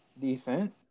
decent